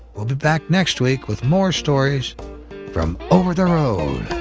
we'll be back next week with more stories from over the road.